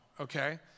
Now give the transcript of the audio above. okay